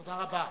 תודה רבה.